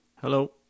Hello